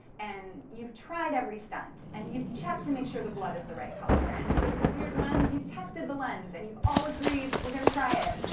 and you've tried every stunt and you've checked to make sure the blood is the right color and if there's a weird lens you've tested the lens and you've all agreed we're gonna try it.